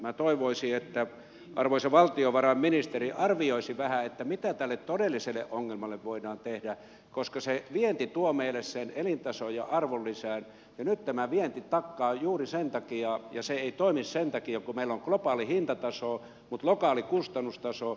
minä toivoisin että arvoisa valtiovarainministeri arvioisi vähän mitä tälle todelliselle ongelmalle voidaan tehdä koska se vienti tuo meille sen elintason ja arvonlisän ja nyt tämä vienti sakkaa ja se ei toimi sen takia kun meillä on globaali hintataso mutta lokaali kustannustaso